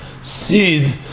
seed